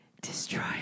destroy